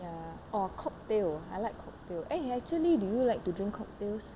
ya or cocktail I like cocktail eh actually do you like to drink cocktails